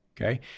Okay